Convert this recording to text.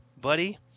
buddy